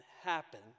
happen